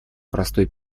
простой